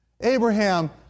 Abraham